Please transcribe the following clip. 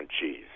cheese